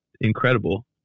incredible